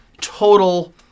total